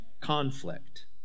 conflict